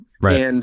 Right